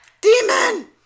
Demon